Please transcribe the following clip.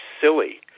silly